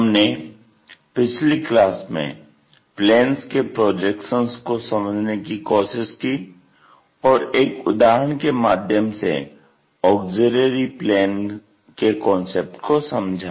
हमने पिछली क्लास में प्लेन्स के प्रोजेक्शन्स को समझने की कोशिश की और एक उदाहरण के माध्यम से ऑग्ज़िल्यरी प्लेन के कांसेप्ट को समझा